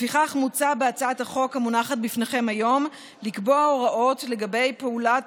לפיכך מוצע בהצעת החוק המונחת בפניכם היום לקבוע הוראות לגבי פעולת